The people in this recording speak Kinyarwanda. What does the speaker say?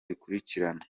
ikurikirana